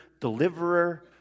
deliverer